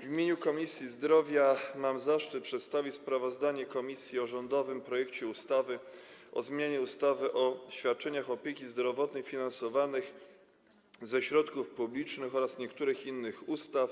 W imieniu Komisji Zdrowia mam zaszczyt przedstawić sprawozdanie komisji o rządowym projekcie ustawy o zmianie ustawy o świadczeniach opieki zdrowotnej finansowanych ze środków publicznych oraz niektórych innych ustaw,